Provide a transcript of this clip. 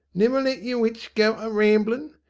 never let yer wits go a-ramblin',